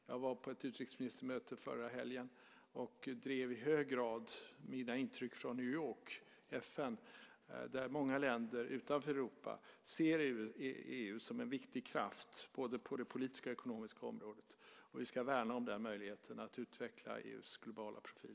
Jag var på ett utrikesministermöte förra helgen och drev i hög grad mina intryck från New York och FN, där många länder utanför Europa ser EU som en viktig kraft på både det politiska och det ekonomiska området. Vi ska värna den möjligheten att utveckla EU:s globala profil.